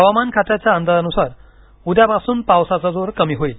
हवामान खात्याच्या अंदाजा नुसार उद्यापासून पावसाचा जोर कमी होईल